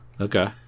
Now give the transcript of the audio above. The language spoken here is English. Okay